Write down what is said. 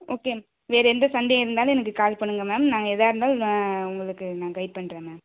okay வேறு எந்த சந்தேகம் இருந்தாலும் எனக்கு கால் பண்ணுங்கள் மேம் நான் ஏதாக இருந்தாலும் நான் உங்களுக்கு நான் கைட் பண்ணுறேன் மேம்